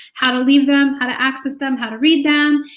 how to leave them, how to access them, how to read them,